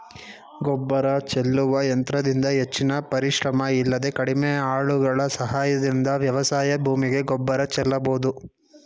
ಗೊಬ್ಬರ ಚೆಲ್ಲುವ ಯಂತ್ರದಿಂದ ಹೆಚ್ಚಿನ ಪರಿಶ್ರಮ ಇಲ್ಲದೆ ಕಡಿಮೆ ಆಳುಗಳ ಸಹಾಯದಿಂದ ವ್ಯವಸಾಯ ಭೂಮಿಗೆ ಗೊಬ್ಬರ ಚೆಲ್ಲಬೋದು